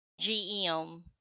GM